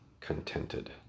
contented